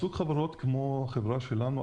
בסוג חברות כמו החברה שלנו,